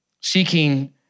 seeking